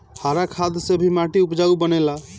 हरा खाद से भी माटी उपजाऊ बनेला